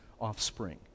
offspring